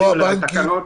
אלא זה תקנות